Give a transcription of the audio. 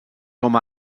com